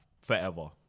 forever